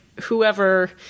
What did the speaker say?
whoever